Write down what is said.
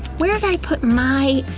where'd i put my,